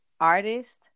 artist